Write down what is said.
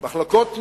מחלקות פנים,